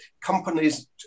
companies